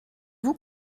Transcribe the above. vous